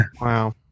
Wow